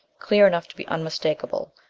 clear enough to be unmistakable.